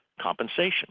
compensation